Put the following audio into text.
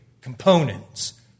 components